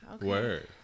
Word